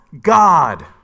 God